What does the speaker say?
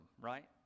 right